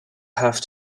have